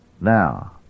Now